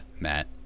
Matt